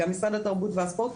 גם משרד התרבות והספורט,